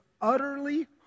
utterly